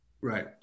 Right